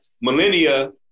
millennia